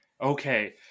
okay